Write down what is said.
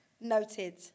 Noted